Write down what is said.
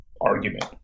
argument